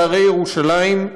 בהרי ירושלים.